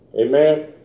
Amen